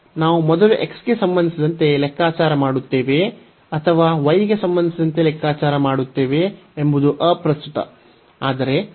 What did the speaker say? ನಾವು ಮೊದಲು x ಗೆ ಸಂಬಂಧಿಸಿದಂತೆ ಲೆಕ್ಕಾಚಾರ ಮಾಡುತ್ತೇವೆಯೇ ಅಥವಾ y ಗೆ ಸಂಬಂಧಿಸಿದಂತೆ ಲೆಕ್ಕಾಚಾರ ಮಾಡುತ್ತೇವೆಯೇ ಎಂಬುದು ಅಪ್ರಸ್ತುತ